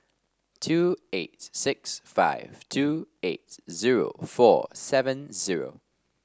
two eight six five two eight zero four seven zero